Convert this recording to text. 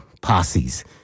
posses